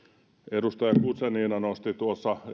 edustaja guzenina nosti tuossa